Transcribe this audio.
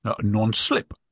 non-slip